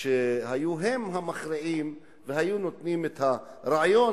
שהיו הם המכריעים והיו נותנים את הרעיון,